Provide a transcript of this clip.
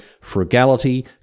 frugality